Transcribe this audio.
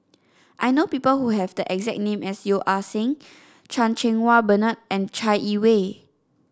I know people who have the exact name as Yeo Ah Seng Chan Cheng Wah Bernard and Chai Yee Wei